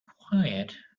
quiet